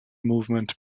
movement